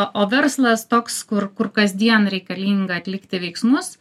o o verslas toks kur kur kasdien reikalinga atlikti veiksmus